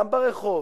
גם ברחוב